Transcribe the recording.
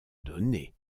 donner